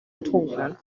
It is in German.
betrunkenen